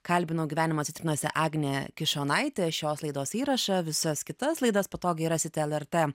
kalbinau gyvenimo citrinose agnę kišonaitę šios laidos įrašą visas kitas laidas patogiai rasite lrt